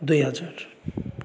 দুই হাজার